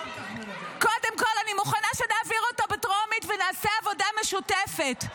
קודם כול אני מוכנה שנעביר אותו בטרומית ונעשה עבודה משותפת.